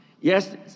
yes